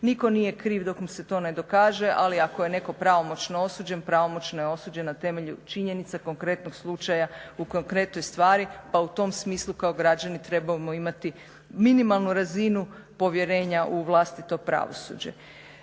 Nitko nije kriv dok mu se to ne dokaže, ali ako je netko pravomoćno osuđen, pravomoćno je osuđen na temelju činjenica konkretnog slučaja u konkretnoj stvari. Pa u tom smislu kao građani trebamo imati minimalnu razinu povjerenja u vlastito pravosuđe.